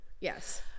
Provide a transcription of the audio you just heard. Yes